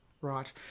Right